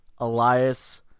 Elias